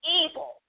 evil